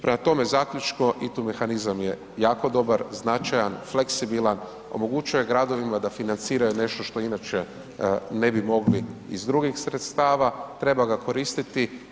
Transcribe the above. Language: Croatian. Prema tome, zaključno ITU mehanizam je kako dobar, značajan, fleksibilan omogućuje gradovima da financiraju nešto što inače ne bi mogli iz drugih sredstava, treba ga koristiti.